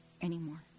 anymore